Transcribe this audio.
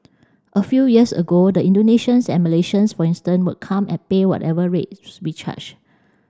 a few years ago the Indonesians and Malaysians for instance would come and pay whatever rates we charged